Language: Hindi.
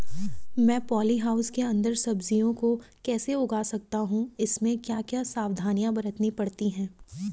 मैं पॉली हाउस के अन्दर सब्जियों को कैसे उगा सकता हूँ इसमें क्या क्या सावधानियाँ बरतनी पड़ती है?